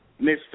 Mr